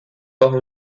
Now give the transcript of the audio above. par